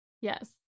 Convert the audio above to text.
yes